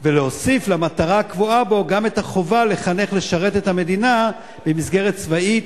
ולהוסיף למטרה הקבועה בו גם את החובה לחנך לשרת את המדינה במסגרת צבאית,